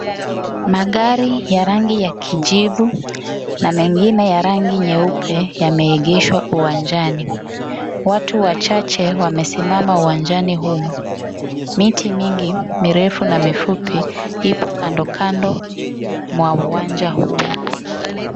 Magari ya rangi ya kijivu na mengine ya rangi nyeupe yameegeshwa uwanjani. Watu wachache wamesimama uwanjani humu. Miti mingi ,mirefu na mifupi, ipo kando kando mwa uwanja huu.